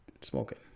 smoking